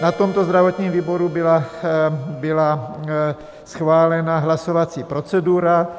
Na tomto zdravotním výboru byla schválena hlasovací procedura.